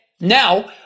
Now